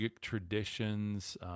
traditions